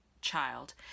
child